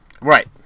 Right